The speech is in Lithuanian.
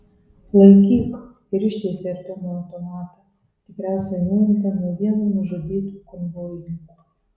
laikyk ir ištiesė artiomui automatą tikriausiai nuimtą nuo vieno nužudytų konvojininkų